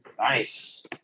nice